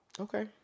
Okay